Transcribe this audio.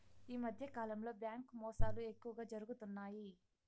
ఈ మధ్యకాలంలో బ్యాంకు మోసాలు ఎక్కువగా జరుగుతున్నాయి